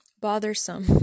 bothersome